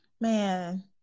Man